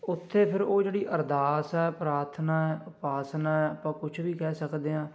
ਉੱਥੇ ਫਿਰ ਉਹ ਜਿਹੜੀ ਅਰਦਾਸ ਹੈ ਪ੍ਰਾਰਥਨਾ ਉਪਾਸਨਾ ਆਪਾਂ ਕੁਛ ਵੀ ਕਹਿ ਸਕਦੇ ਹਾਂ